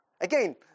Again